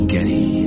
Getty